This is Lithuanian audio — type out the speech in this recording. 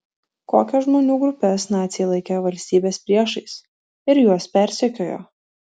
kokias žmonių grupes naciai laikė valstybės priešais ir juos persekiojo